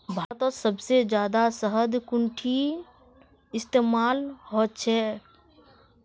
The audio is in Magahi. भारतत सबसे जादा शहद कुंठिन इस्तेमाल ह छे